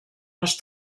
les